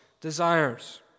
desires